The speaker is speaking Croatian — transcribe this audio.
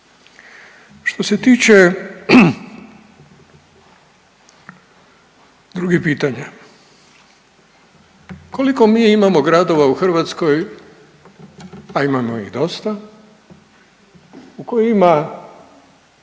Što se tiče drugih pitanja, koliko mi imamo gradova u Hrvatskoj, a imamo ih dosta, u kojima